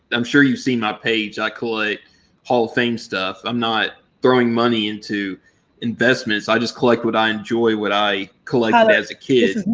i'm sure you've seen my page. i collect hall of fame stuff. i'm not throwing money into investments. i just collect what i enjoy. what i collected as a kid.